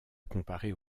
comparer